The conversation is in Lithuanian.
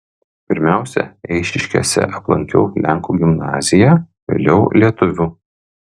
pirmiausia eišiškėse aplankiau lenkų gimnaziją vėliau lietuvių